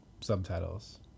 subtitles